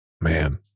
Man